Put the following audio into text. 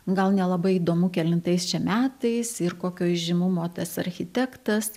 gal nelabai įdomu kelintais čia metais ir kokio įžymumo tas architektas